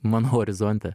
mano horizonte